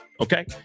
Okay